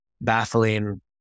baffling